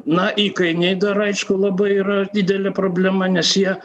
na įkainiai dar aišku labai yra didelė problema nes jie